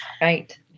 Right